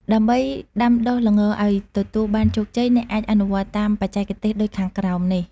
ដើម្បីដាំដុះល្ងឲ្យទទួលបានជោគជ័យ អ្នកអាចអនុវត្តតាមបច្ចេកទេសដូចខាងក្រោមនេះ។